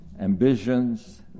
ambitions